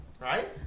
right